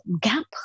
gap